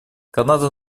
канада